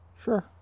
sure